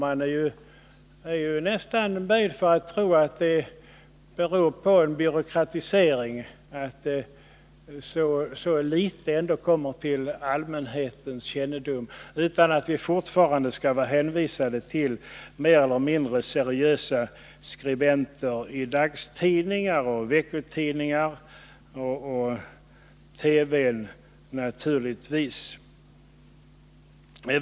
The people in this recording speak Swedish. Man är nästan böjd för att tro att det beror på byråkratisering att så föga kommer till allmänhetens kännedom och att vi fortfarande skall vara hänvisade till mer eller mindre seriösa skribenter i dagstidningar, veckotidningar och TV.